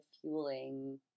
fueling